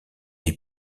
est